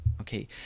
okay